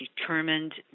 determined